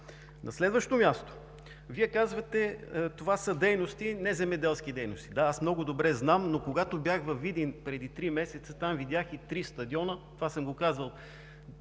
На следващо място, Вие казвате: „Това са неземеделски дейности“. Да, аз много добре знам, но когато бях във Видин преди три месеца, там видях три стадиона – това съм го казвал два пъти